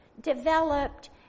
developed